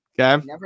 Okay